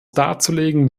darzulegen